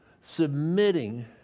submitting